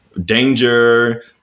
danger